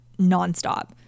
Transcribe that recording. nonstop